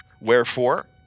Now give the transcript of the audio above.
Wherefore